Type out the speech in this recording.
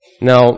Now